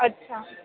અચ્છા